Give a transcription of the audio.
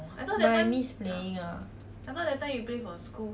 but I miss playing ah